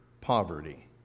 poverty